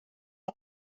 een